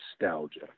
nostalgia